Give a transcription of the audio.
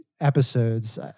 episodes